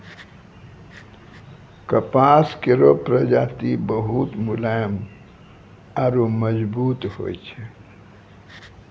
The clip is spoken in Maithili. कपास केरो प्रजाति बहुत मुलायम आरु मजबूत होय छै